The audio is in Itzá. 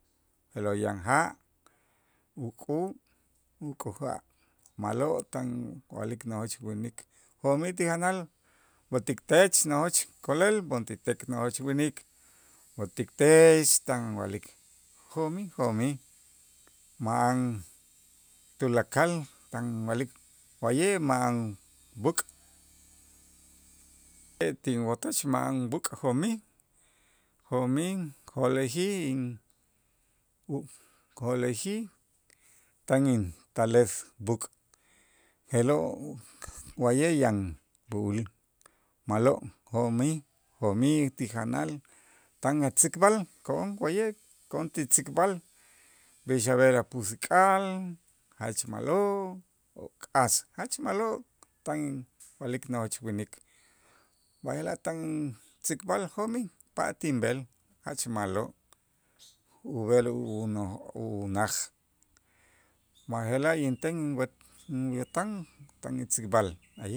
je'lo' yan ja' uk'u' uk'u ja' ma'lo' tan wa'lik nojoch winik jo'mij ti janal b'o'tik tech nojoch ko'lel, b'onti tek nojoch winik b'o'tik tech tan inwa'lik, jo'mij jo'mij, ma'an tulakal tan inwa'lik wa'ye' ma'an b'äk', tinwotoch ma'an b'äk' jo'mij jo'mij jo'lejij in u jo'lejij tan intales b'äk' je'lo' wa'ye' yan b'u'ul ma'lo' jo'mij jo'mij ti janal tan atzikb'al ko'on wa'ye' ko'on ti tzikb'al b'ix ab'el apusik'al, jach ma'lo' u k'as jach ma'lo' tan inwa'lik nojoch winik, b'aje'laj tan intzikb'al jo'mij pat inb'el jach ma'lo' ub'el uno- unaj b'aje'laj inten inwet inwätan tan intzikb'al. allí